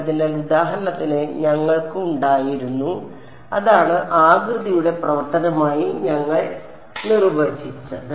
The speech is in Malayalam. അതിനാൽ ഉദാഹരണത്തിന് ഞങ്ങൾക്ക് ഉണ്ടായിരുന്നു അതാണ് ആകൃതിയുടെ പ്രവർത്തനമായി ഞങ്ങൾ നിർവചിച്ചത്